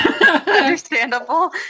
Understandable